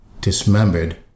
dismembered